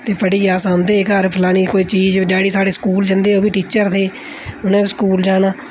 ते पढ़ियै अस औंदे हा घर फलानी कोई चीज डैडी साढ़े स्कूल जंदे हे ओह् बी टीचर हे उ'नें बी स्कूल जाना